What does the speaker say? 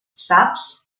saps